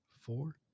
four